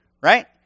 Right